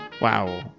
wow